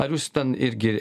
ar jūs ten irgi